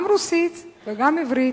גם רוסית וגם עברית,